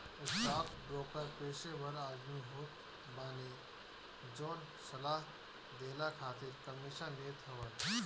stockbroker पेशेवर आदमी होत बाने जवन सलाह देहला खातिर कमीशन लेत हवन